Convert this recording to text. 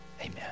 Amen